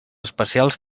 especials